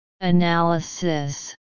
Analysis